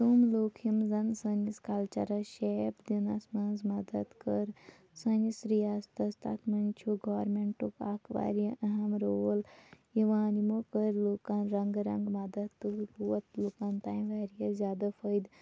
تِم لُکھ یِم زَنہٕ سٲنِس کَلچَرَس شیپ دِنَس منٛز مدتھ کٔر سٲنِس رِیاستَس تَتھ منٛز چھُ گورمٮ۪نٛٹُک اَکھ واریاہ اہم رول یوان یِمو کٔر لُکَن رَنٛگہٕ رَنٛگہٕ مدتھ تہٕ ووت لوٗکَن تام واریاہ زیادٕ فٲیِدٕ